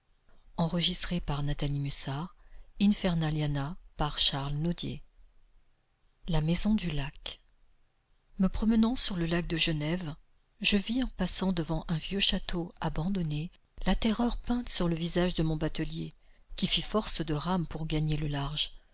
la maison du lac me promenant sur le lac de genève je vis en passant devant un vieux château abandonné la terreur peinte sur le visage de mon batelier qui fit force de rames pour gagner le large